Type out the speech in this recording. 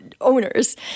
Owners